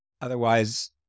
Otherwise